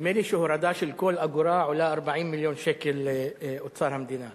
נדמה לי שהורדה של כל אגורה עולה 40 מיליון שקל לאוצר המדינה.